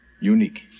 unique